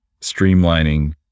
streamlining